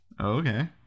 Okay